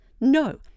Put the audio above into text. No